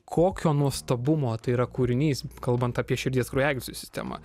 kokio nuostabumo tai yra kūrinys kalbant apie širdies kraujagyslių sistemą